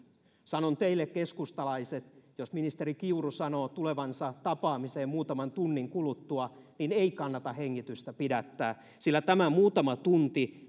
sanon teille keskustalaiset jos ministeri kiuru sanoo tulevansa tapaamiseen muutaman tunnin kuluttua niin ei kannata hengitystä pidättää sillä tämä muutama tunti